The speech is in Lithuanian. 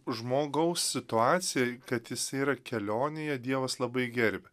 žmogaus situacijoj kad jis yra kelionėje dievas labai gerbia